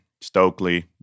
Stokely